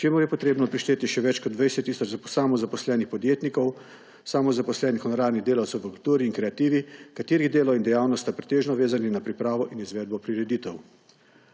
čemur je potrebno prišteti še več kot 20 tisoč samozaposlenih podjetnikov, samozaposlenih honorarnih delavcev v kulturi in kreativi, katerih delo in dejavnost sta pretežno vezani na pripravo in izvedbo prireditev.